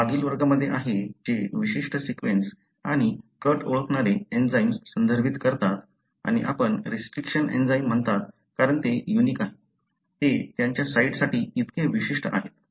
हे मागील वर्गामध्ये आहेत जे विशिष्ट सीक्वेन्स आणि कट ओळखणारे एंजाइम्स संदर्भित करतात आणि आपण रिस्ट्रिक्शन एंजाइम म्हणतात कारण ते युनिक आहेत ते त्यांच्या साइटसाठी इतके विशिष्ट आहेत